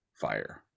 fire